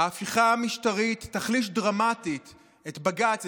ההפיכה המשטרית תחליש דרמטית את בג"ץ,